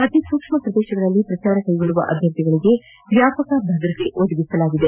ಅತಿಸೂಕ್ಷ್ನ ಪ್ರದೇಶಗಳಲ್ಲಿ ಪ್ರಚಾರ ಕೈಗೊಳ್ಳುವ ಅಭ್ಯರ್ಥಿಗಳಿಗೆ ವ್ಯಾಪಕ ಭದ್ರತೆ ಒದಗಿಸಲಾಗಿದೆ